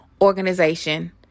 Organization